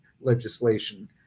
legislation